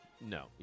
No